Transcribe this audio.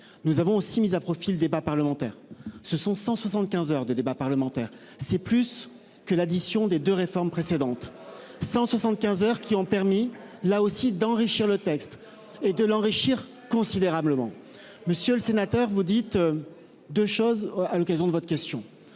Nous avons aussi mis à profit le débat parlementaire. Ce sont 175 heures de débat parlementaire. C'est plus que l'addition des 2 réformes précédentes 175 heures qui ont permis là aussi d'enrichir le texte et de l'enrichir considérablement. Monsieur le sénateur, vous dites. 2 choses à l'occasion de votre question,